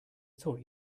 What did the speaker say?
thought